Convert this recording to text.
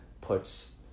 puts